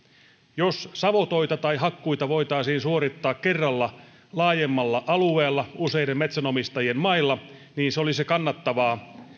jos savotoita tai hakkuita voitaisiin suorittaa kerralla laajemmalla alueella useiden metsäomistajien mailla niin se olisi kannattavaa